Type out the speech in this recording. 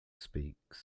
speaks